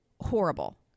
horrible